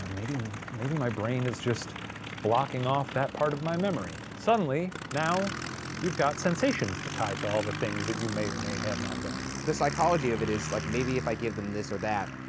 maybe maybe my brain is just blocking off that part of my memory, suddenly now you've got sensations to tie to all the things that you may or may have not done. the psychology of it is, like, maybe if i give them this or that,